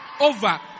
over